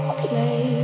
play